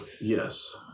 yes